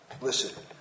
Listen